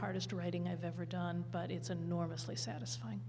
hardest writing i've ever done but it's enormously satisfying